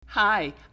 Hi